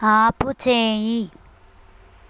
ఆపుచేయి